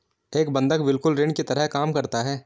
एक बंधक बिल्कुल ऋण की तरह काम करता है